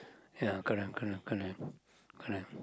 ya correct correct correct correct